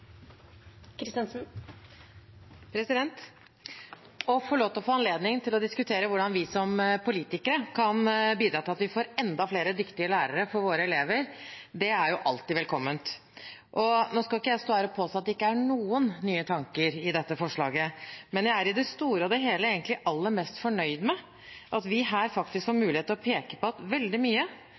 få lov til å få anledning til å diskutere hvordan vi som politikere kan bidra til at vi får enda flere dyktige lærere for våre elever, er alltid velkomment. Nå skal ikke jeg stå her og påstå at det ikke er noen nye tanker i dette forslaget, men jeg er i det store og hele egentlig aller mest fornøyd med at vi her faktisk får mulighet til å peke på at veldig mye,